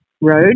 road